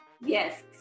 Yes